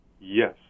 Yes